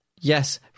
yes